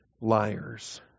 liars